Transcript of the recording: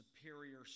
superior